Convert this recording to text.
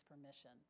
permission